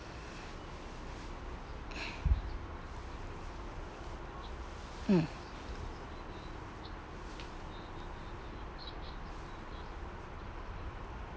mm